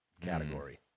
category